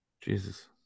Jesus